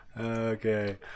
Okay